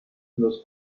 los